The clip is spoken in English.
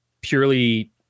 purely